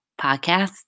podcast